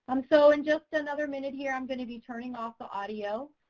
um so, in just another minute here i'm gonna be turning off the audio,